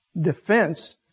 defense